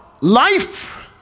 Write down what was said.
life